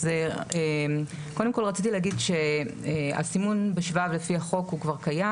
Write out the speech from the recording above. אז קודם כל רציתי להגיד שהסימון בשבב לפי החוק כבר קיים.